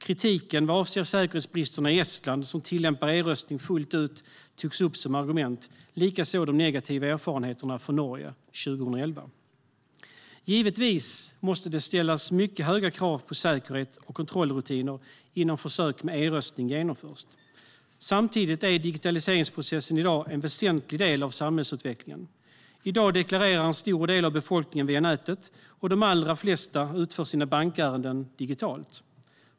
Kritiken vad avser säkerhetsbristerna i Estland, som tillämpar eröstning fullt ut, togs upp som argument, liksom de negativa erfarenheterna från Norge 2011. Givetvis måste det ställas mycket höga krav på säkerhet och kontrollrutiner innan försök med eröstning genomförs. Samtidigt är digitaliseringsprocessen i dag en väsentlig del av samhällsutvecklingen. I dag deklarerar en stor del av befolkningen via nätet, och de allra flesta utför sina bankärenden digitalt.